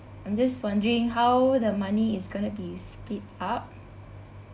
I'm just wondering how the money is gonna be split up